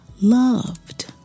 loved